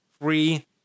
free